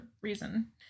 reason